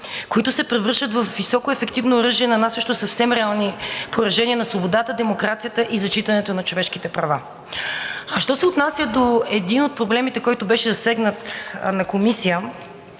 които се превръщат във високоефективно оръжие, нанасящо съвсем реални поражения на свободата, демокрацията и зачитането на човешките права. А що се отнася до един от проблемите, който беше засегнат на Комисия,